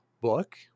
book